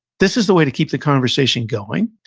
this is the way to keep the conversation going,